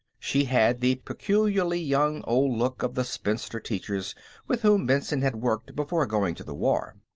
she had the peculiarly young-old look of the spinster teachers with whom benson had worked before going to the war.